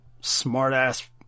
smart-ass